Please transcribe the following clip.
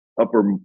upper